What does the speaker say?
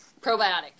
probiotic